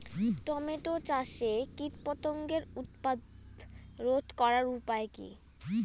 Tomato চাষে কীটপতঙ্গের উৎপাত রোধ করার উপায় কী?